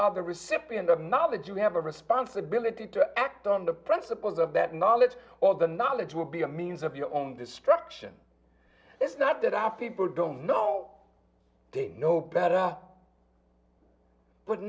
are the recipient of knowledge you have a responsibility to act on the principles of that knowledge or the knowledge will be a means of your own destruction it's not that i people don't know they know better but